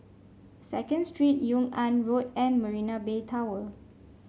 Second Street Yung An Road and Marina Bay Tower